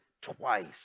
twice